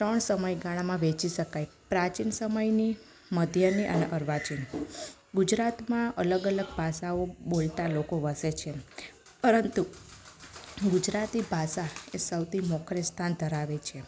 ત્રણ સમયગાળામાં વહેંચી શકાય પ્રાચીન સમયની મધ્ય અને અર્વાચીન ગુજરાતમાં અલગ અલગ ભાષાઓ બોલતા લોકો વસે છે પરંતુ ગુજરાતી ભાષા એ સૌથી મોખરે સ્થાન ધરાવે છે